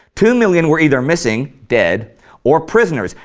two million were either missing dead or prisoners,